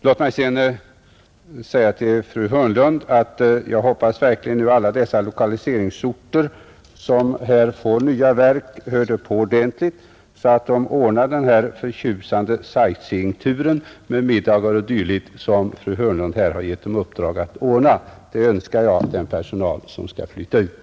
Låt mig sedan säga till fru Hörnlund att jag verkligen hoppas att dessa lokaliseringsorter, som får nya statliga verk, ordnar den förtjusande sightseeingturen med middagar o. d. som fru Hörnlund gett dem uppdrag att ordna, Det önskar jag den personal som skall flytta ut.